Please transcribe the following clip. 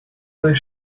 where